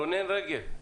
רונן רגב.